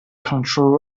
control